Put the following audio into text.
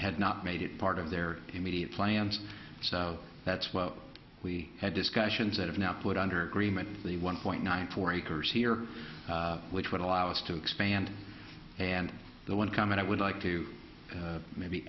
had not made it part of their immediate plans so that's why we had discussions that have now put under agreement the one point nine four acres here which would allow us to expand and the one comment i would like to maybe